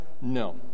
No